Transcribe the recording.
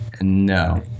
No